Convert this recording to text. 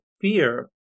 fear